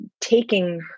taking